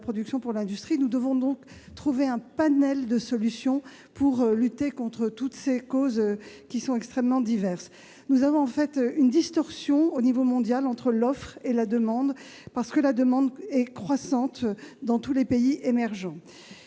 Nous devons donc trouver un panel de solutions pour lutter contre toutes ces causes, qui sont extrêmement diverses. Il existe en fait une distorsion à l'échelon mondial entre l'offre et la demande, car la demande est croissante dans tous les pays émergents.